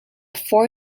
four